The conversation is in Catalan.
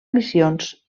missions